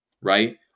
right